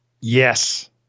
Yes